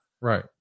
Right